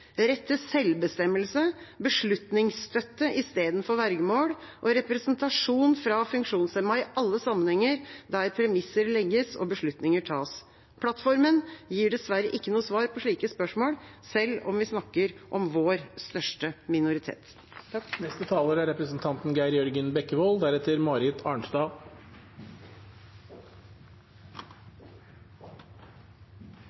rett til selvbestemmelse, beslutningsstøtte istedenfor vergemål og representasjon fra funksjonshemmede i alle sammenhenger der premisser legges og beslutninger tas. Plattformen gir dessverre ikke noe svar på slike spørsmål, selv om vi snakker om vår største minoritet. Det er